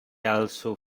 also